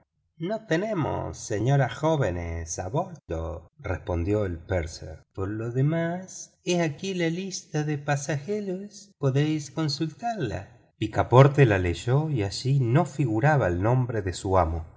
no tenemos señoras jóvenes a bordo respondió el purser por lo demás he aquí la lista de los pasajeros y podéis consultarla picaporte la leyó y allí no figuraba el nombre de su amo